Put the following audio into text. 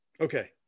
Okay